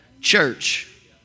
church